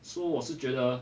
so 我是觉得